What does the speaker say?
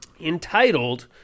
entitled